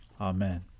Amen